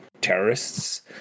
terrorists